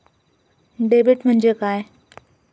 Debit म्हणजे काय?